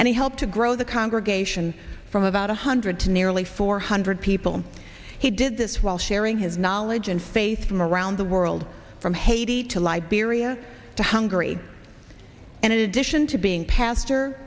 and he helped to grow the congregation from about one hundred to nearly four hundred people he did this while sharing his knowledge and faith from around the world from haiti to liberia to hungary and in addition to being pastor